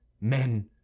men